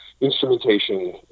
instrumentation